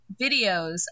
videos